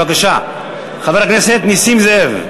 בבקשה, חבר הכנסת נסים זאב.